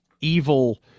evil